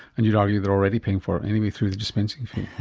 and you'd argue they are already paying for it anyway through the dispensing fee.